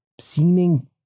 seeming